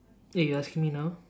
eh you asking me now